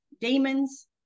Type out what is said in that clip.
demons